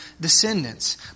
descendants